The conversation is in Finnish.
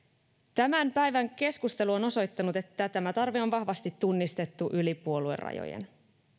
tämän päivän keskustelu on osoittanut että tämä tarve on vahvasti tunnistettu yli puoluerajojen